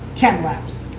ten laps.